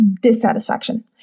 dissatisfaction